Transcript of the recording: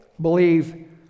believe